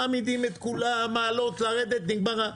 מעמידים את כולם, לעלות, לרדת, נגמר.